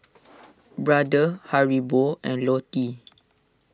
Brother Haribo and Lotte